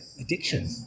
addiction